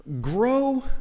grow